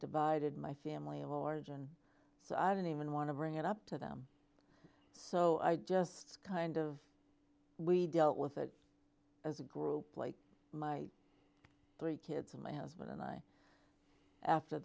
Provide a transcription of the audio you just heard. divided my family of origin so i don't even want to bring it up to them so i just kind of we dealt with it as a group like my three kids and my husband and i after